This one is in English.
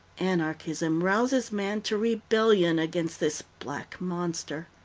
anarchism rouses man to rebellion against this black monster.